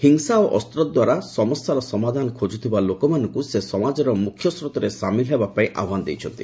ହିଂସା ଓ ଅସ୍ତ୍ୱ ଦ୍ୱାରା ସମସ୍ୟାର ସମାଧାନ ଖୋଜୁଥିବା ଲୋକମାନଙ୍କୁ ସେ ସମାଜର ମୁଖ୍ୟସ୍ରୋତରେ ସାମିଲ ହେବା ପାଇଁ ଆହ୍ୱାନ ଦେଇଛନ୍ତି